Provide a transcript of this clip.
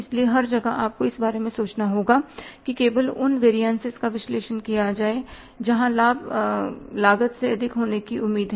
इसलिए हर जगह आपको इस बारे में सोचना होगा कि केवल उन वेरियनसिस का विश्लेषण किया जाएगा जहां लाभ लागत से अधिक होने की उम्मीद है